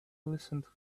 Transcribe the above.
listened